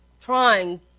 trying